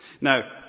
Now